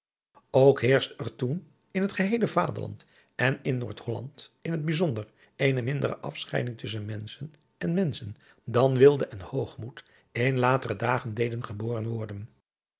ook heerschte er toen in adriaan loosjes pzn het leven van hillegonda buisman het geheele vaderland en in noordholland in t bijzonder eene mindere afscheiding tusschen menschen en menschen dan weelde en hoogmoed in latere dagen deden geboren worden